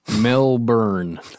Melbourne